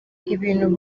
ibintu